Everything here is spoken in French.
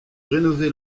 rénover